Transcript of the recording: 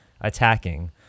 attacking